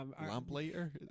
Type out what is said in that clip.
Lamplighter